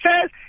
says